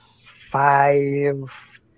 five